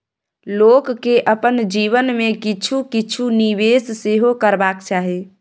लोककेँ अपन जीवन मे किछु किछु निवेश सेहो करबाक चाही